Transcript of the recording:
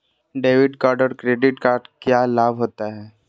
Debit card और credit card क्या लाभ होता है?